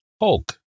Hulk